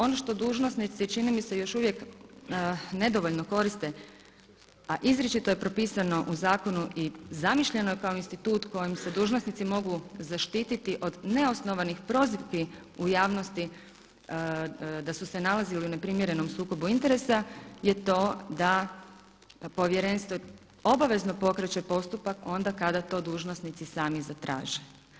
Ono što dužnosnici čini mi se još uvijek nedovoljno koriste, a izričito je propisano u zakonu i zamišljeno je kao institut kojim se dužnosnici mogu zaštititi od neosnovanih prozivki u javnosti da su se nalazili u neprimjerenom sukobu interesa je to da Povjerenstvo obavezno pokreće postupak onda kada to dužnosnici sami zatraže.